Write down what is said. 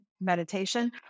meditation